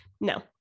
No